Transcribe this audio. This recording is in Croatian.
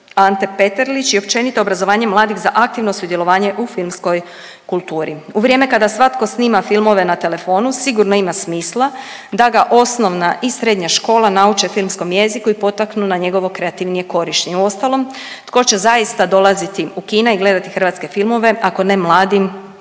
Ante Petrlić i općenito obrazovanje mladih za aktivno sudjelovanje u filmskoj kulturi. U vrijeme kada svatko snima filmove na telefonu sigurno ima smisla da ga osnovna i srednja škola nauče filmskom jeziku i potaknu na njegovo kreativnije korištenje. Uostalom tko će zaista dolazit u kina i gledati hrvatske filmove ako ne mladi